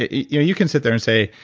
ah yeah you can sit there and say,